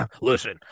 Listen